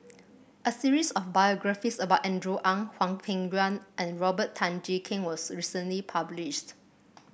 a series of biographies about Andrew Ang Hwang Peng Yuan and Robert Tan Jee Keng was recently published